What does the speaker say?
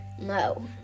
No